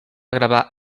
gravar